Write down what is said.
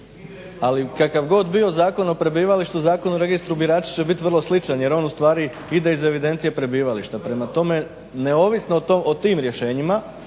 Ali kakav god bio Zakon o prebivalištu Zakon o registru birača će biti vrlo sličan jer on ustvari ide iz evidencije prebivališta. Prema tome neovisno o tim rješenjima